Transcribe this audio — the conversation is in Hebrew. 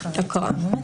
אחרי זה להצבעה.